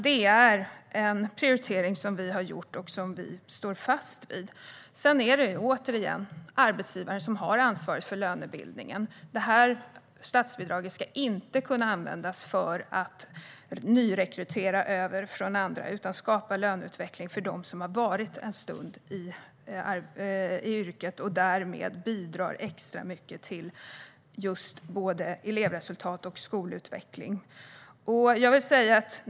Det är en prioritering vi har gjort och som vi står fast vid. Det är, återigen, arbetsgivaren som har ansvaret för lönebildningen. Det här statsbidraget ska inte kunna användas för att nyrekrytera från andra, utan det ska användas för att skapa löneutveckling för dem som har varit i yrket en stund och därmed bidrar extra mycket till både elevresultat och skolutveckling.